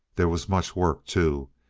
there was much work, too,